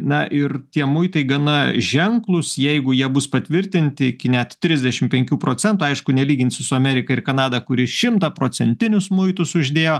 na ir tie muitai gana ženklūs jeigu jie bus patvirtinti iki net trisdešim penkių procentų aišku nelyginsiu su amerika ir kanada kuri šimtaprocentinius muitus uždėjo